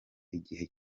igihe